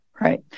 Right